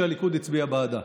שהליכוד הצביע בעדה.